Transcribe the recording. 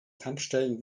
tankstellen